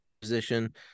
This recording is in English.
position